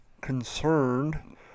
concerned